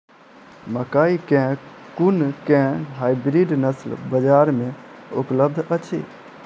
मकई केँ कुन केँ हाइब्रिड नस्ल बजार मे उपलब्ध अछि?